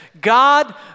God